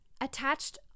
Attached